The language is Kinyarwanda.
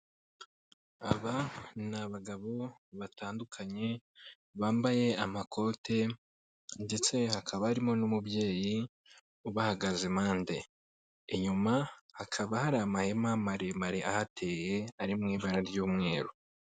Aba ni abagabo batandukanye bambaye amakote ndetse hakaba harimo n'umubyeyi ubahagaze impande, inyuma hakaba hari amahema maremare ahateye ari mu ibara ry'umweru.